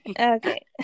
okay